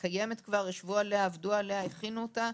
היא קיימת כבר, ישבו עליה, עבדו עליה, הכינו אותה.